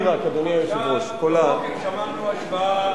קודם שמענו השוואה